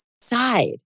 side